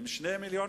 למה יספיקו 2 מיליוני